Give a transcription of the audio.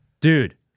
Dude